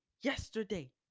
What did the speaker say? yesterday